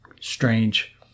strange